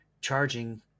charging